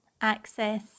access